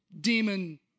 demon